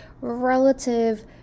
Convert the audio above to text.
relative